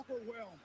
overwhelmed